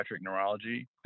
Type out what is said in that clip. Neurology